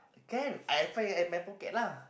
can I expect it at my pocket lah